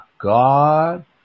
God